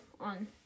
on